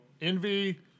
envy